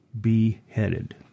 Beheaded